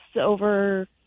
over